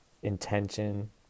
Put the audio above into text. intention